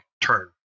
turn